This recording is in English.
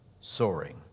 soaring